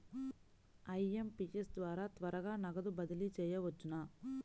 IMPS ద్వారా త్వరగా నగదు బదిలీ చేయవచ్చునా?